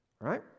right